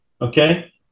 okay